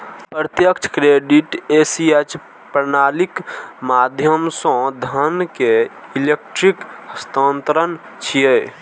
प्रत्यक्ष credit ACH प्रणालीक माध्यम सं धन के इलेक्ट्रिक हस्तांतरण छियै